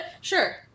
Sure